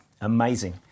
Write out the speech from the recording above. amazing